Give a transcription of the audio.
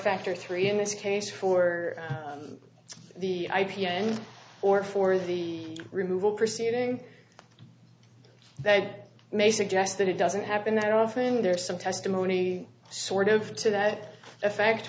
factor three in this case for the i p s or for the removal proceeding that may suggest that it doesn't happen that often there is some testimony sort of to that effect